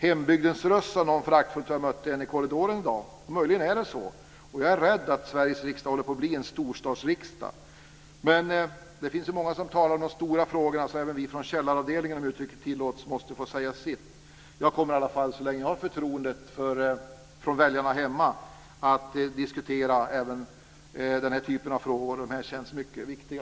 "Hembygdens röst" sade en föraktfullt då jag mötte henne i korridoren i dag. Ja, möjligen är det så. Jag är rädd för att Sveriges riksdag håller på att bli en storstadsriksdag. Men det finns så många som talar om de stora frågorna, så även vi från "källaravdelningen", om uttrycket tillåts, måste få säga vårt. Jag kommer i alla fall så länge jag har förtroendet från väljarna hemma att diskutera även den här typen av frågor. För mig känns de mycket viktiga.